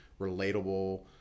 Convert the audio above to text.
relatable